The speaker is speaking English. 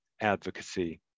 advocacy